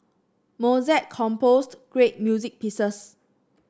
Mozart composed great music pieces